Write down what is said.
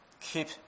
keep